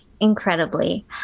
Incredibly